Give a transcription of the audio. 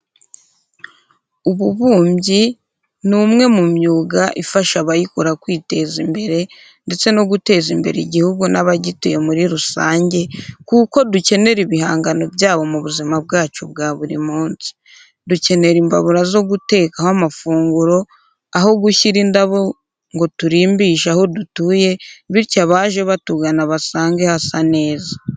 Ububumbyi ni umwe mu myuga ifasha abayikora kwiteza imbere ndetse no guteza imbere igihugu n'abagituye muri rusange kuko dukenera ibihangano byabo mu buzima bwacu bwa buri munsi. Dukenera imbabura zo gutekaho amafunguro, aho gushyira indabo ngo turimbishe aho dutuye bityo abaje batugana basange hasa neza.